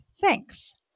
thanks